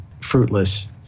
fruitless